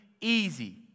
Easy